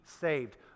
saved